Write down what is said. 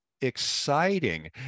exciting